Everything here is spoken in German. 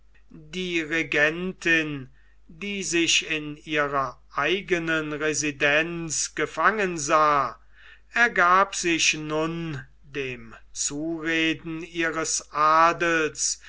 die regentin die sich in ihrer eigenen residenz gefangen sah ergab sich nun dem zureden ihres adels